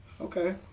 Okay